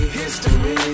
history